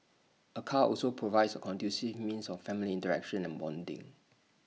A car also provides A conducive means of family interaction and bonding